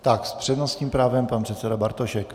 S přednostním právem pan předseda Bartošek.